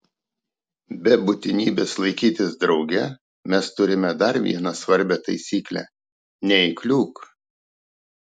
be būtinybės laikytis drauge mes turime dar vieną svarbią taisyklę neįkliūk